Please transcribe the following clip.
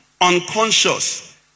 unconscious